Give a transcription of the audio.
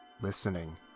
listening